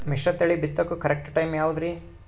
ಮಿಶ್ರತಳಿ ಬಿತ್ತಕು correct time ಯಾವುದರಿ?